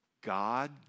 God